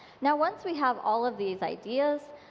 now, once we have all of these ideas,